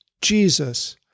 Jesus